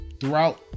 throughout